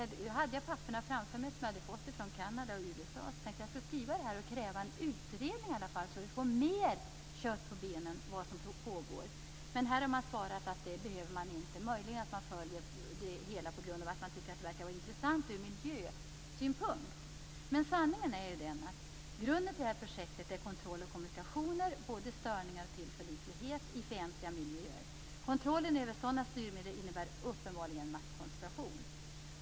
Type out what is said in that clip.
Jag hade papperena framför mig som jag hade fått Kanada och USA och tänkte att jag skulle skriva och kräva en utredning så att vi får mer kött på benen om vad som pågår. Här man svarat att det behöver man inte. Möjligen följer man det därför att man tycker att det verkar intressant ur miljösynpunkt. Sanningen är den att grunden till det här projektet är kontroll över kommunikationer vad gäller både störningar och tillförlitlighet i fientliga miljöer. Kontrollen över sådana styrmedel innebär uppenbarligen maktkoncentration.